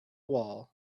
wall